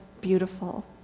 beautiful